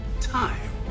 time